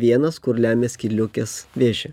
vienas kur lemia skydliaukės vėžį